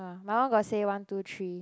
my one got say one two three